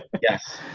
Yes